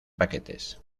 paquetes